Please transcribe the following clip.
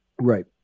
Right